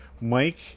Mike